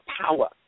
power